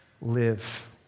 live